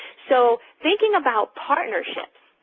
so thinking about partnerships,